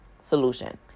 solution